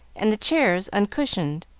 and the chairs uncushioned,